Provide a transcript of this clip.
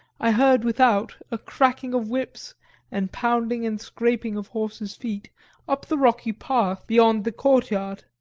i heard without a cracking of whips and pounding and scraping of horses' feet up the rocky path beyond the courtyard.